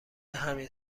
همین